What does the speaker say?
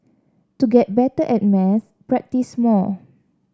to get better at maths practise more